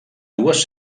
dues